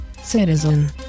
citizen